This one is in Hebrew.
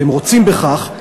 והם רוצים בכך,